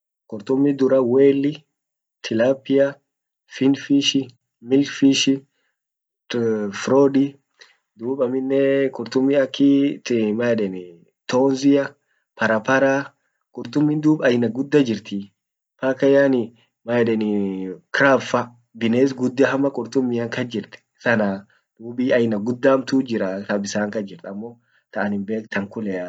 Qurtumi duran whale. tilapia. fin fish. mil fish. frod. duub aminen qurtumi akii man yedani tonzia parapara qurtumim duub aina gudda jirtii mpaka yani man yedani craff fa bines gudda hama qurtumia kas jirt tanaa. dubii aina gudda hamtu jiraa ka bisan kas jir amo ta anin bek tan kulea.